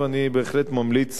ואני בהחלט ממליץ